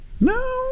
No